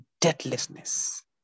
deathlessness